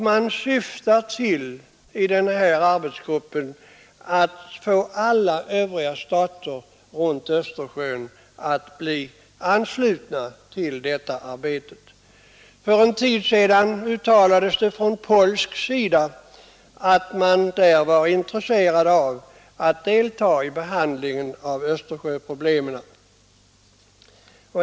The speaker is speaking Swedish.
Man syftar i denna arbetsgrupp till att få alla stater runt Östersjön att ansluta sig till detta arbete. För en tid sedan uttalades det från polsk sida att man var intresserad av att delta i behandlingen av Östersjöproblemen.